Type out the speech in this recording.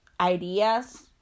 ideas